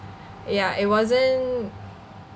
yeah it wasn't